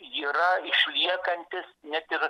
yra išliekantys net ir